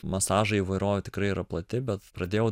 masažų įvairovė tikrai yra plati bet pradėjau